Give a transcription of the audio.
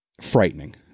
Frightening